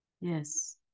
Yes